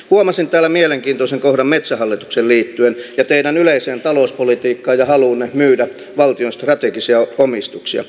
huomasin täällä mielenkiintoisen kohdan liittyen metsähallitukseen ja teidän yleiseen talouspolitiikkaanne ja haluunne myydä valtion strategisia omistuksia